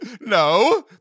No